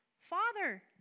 father